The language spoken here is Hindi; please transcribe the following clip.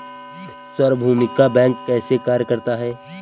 सार्वभौमिक बैंक कैसे कार्य करता है?